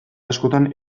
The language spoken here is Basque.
askotan